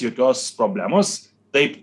jokios problemos taip